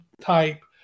type